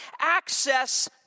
Access